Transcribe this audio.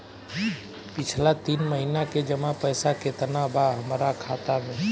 पिछला तीन महीना के जमा पैसा केतना बा हमरा खाता मे?